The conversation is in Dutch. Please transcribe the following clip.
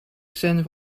zijn